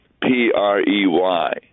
P-R-E-Y